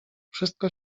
wszystko